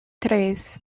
tres